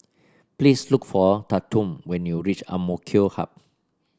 please look for Tatum when you reach AMK Hub